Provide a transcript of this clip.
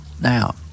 Now